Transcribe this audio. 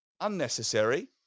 unnecessary